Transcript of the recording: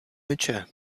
mycie